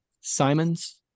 Simon's